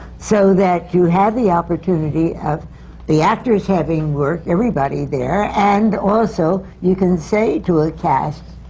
so that you have the opportunity of the actors having work, everybody there. and also, you can say to a cast,